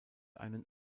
einen